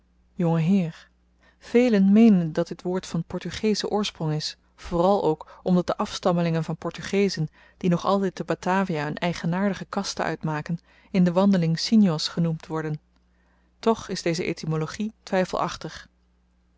jongeheer velen meenen dat dit woord van portugeschen oorsprong is vooral ook omdat de afstammelingen van portugezen die nog altyd te batavia n eigenaardige kaste uitmaken in de wandeling sienjo's genoemd worden toch is deze etymologie twyfelachtig